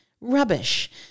rubbish